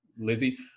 lizzie